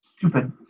stupid